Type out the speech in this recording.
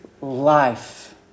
life